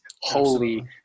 holy